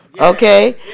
Okay